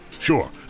Sure